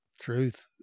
Truth